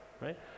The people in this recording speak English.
right